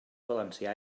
valencià